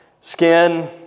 Skin